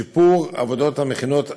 שיפור עבודת המכינות הקדם-אקדמיות.